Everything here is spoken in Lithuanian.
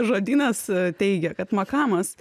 žodynas teigia kad makamas